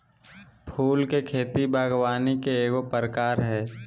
फूल के खेती बागवानी के एगो प्रकार हइ